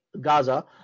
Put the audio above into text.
Gaza